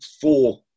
four